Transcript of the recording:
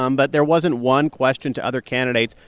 um but there wasn't one question to other candidates.